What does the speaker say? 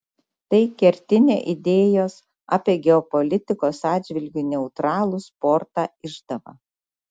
tai kertinė idėjos apie geopolitikos atžvilgiu neutralų sportą išdava